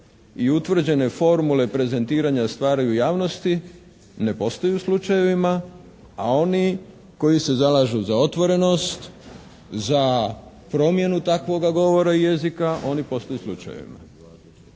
i utvrđene formule prezentiranja stvaraju javnosti ne postoji slučajevima, a oni koji se zalažu za otvorenost, za promjenu takvoga govora i jezika oni postaju slučajevima.